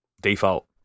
Default